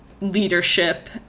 leadership